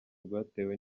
rwatewe